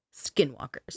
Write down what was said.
skinwalkers